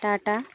tata